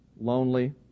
lonely